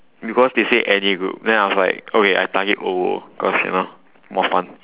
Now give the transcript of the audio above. because they say any group then I was like okay I target O O cause you know more fun